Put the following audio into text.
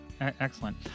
Excellent